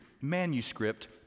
manuscript